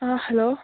ꯑꯥ hello